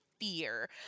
fear